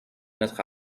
notre